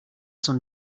sun